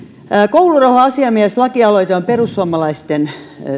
koulurauha asiamiehestä on perussuomalaisten